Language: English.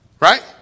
Right